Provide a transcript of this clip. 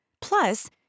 Plus